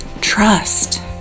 trust